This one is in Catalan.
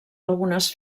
algunes